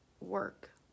work